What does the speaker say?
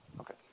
Okay